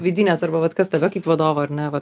vidinės arba vat kas tave kaip vadovą ar ne